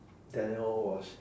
daniel was